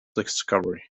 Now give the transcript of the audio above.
discovery